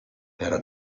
era